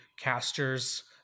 casters